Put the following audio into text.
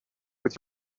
with